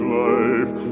life